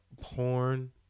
porn